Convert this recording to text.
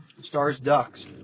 Stars-Ducks